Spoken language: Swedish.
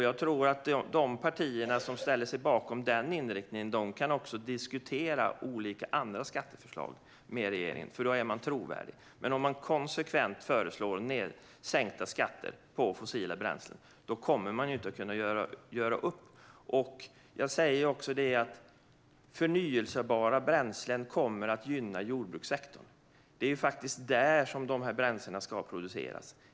Jag tror att de partier som ställer sig bakom den inriktningen också kan diskutera andra skatteförslag med regeringen, för då är man trovärdig. Men om man konsekvent föreslår sänkta skatter på fossila bränslen kommer man inte att kunna göra upp. Förnybara bränslen kommer att gynna jordbrukssektorn. Det är faktiskt där dessa bränslen ska produceras.